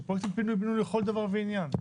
שהם פרויקטים פינוי בינוי לכל דבר ועניין.